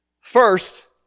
First